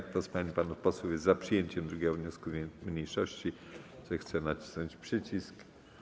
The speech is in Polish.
Kto z pań i panów posłów jest za przyjęciem 2. wniosku mniejszości, zechce nacisnąć przycisk.